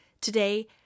today